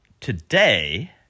today